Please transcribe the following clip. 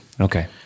Okay